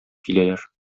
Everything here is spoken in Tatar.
киләләр